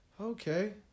Okay